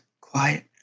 quiet